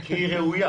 כי היא ראויה.